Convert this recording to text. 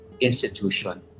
institution